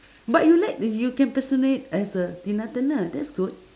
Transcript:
but you like you can impersonate as uh tina-turner that's good